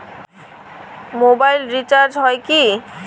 Mobile recharge হয় কি?